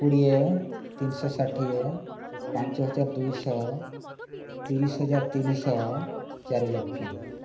କୋଡ଼ିଏ ତିନିଶହ ଷାଠିଏ ପାଞ୍ଚ ହଜାର ଦୁଇଶହ ତିରିଶ ହଜାର ତିନିଶହ ଚାରିଲକ୍ଷ